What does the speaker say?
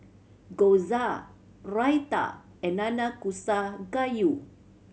Gyoza Raita and Nanakusa Gayu